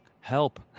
help